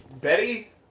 Betty